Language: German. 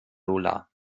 lola